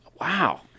wow